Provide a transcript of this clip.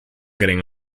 getting